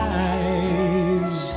eyes